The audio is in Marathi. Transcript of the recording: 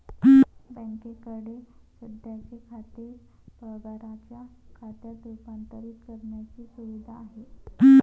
बँकेकडे सध्याचे खाते पगाराच्या खात्यात रूपांतरित करण्याची सुविधा आहे